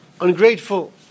ungrateful